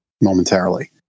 momentarily